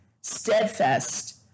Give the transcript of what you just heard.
steadfast